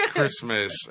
Christmas